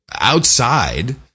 outside